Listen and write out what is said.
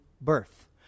birth